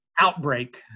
outbreak